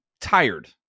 tired